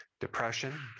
depression